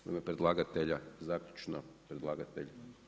U ime predlagatelja zaključno predlagatelj.